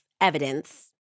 evidence